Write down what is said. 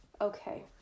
Okay